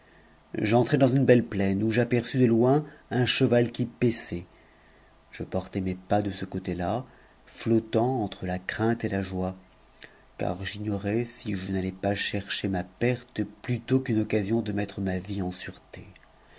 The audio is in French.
assurée dans une belle plaine où j'aperçus un cheval qui paissait je portai ce côte là flottant entre la crainte et là joie car j'ignorais si t n'allais pas chercher ma perte plutôt qu'une occasion de mettre ma vie i remarquai en